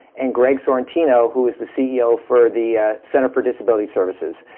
and greg sorrentino, who is the ceo for the center for disability services.